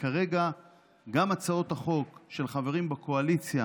כרגע גם הצעות החוק של חברים בקואליציה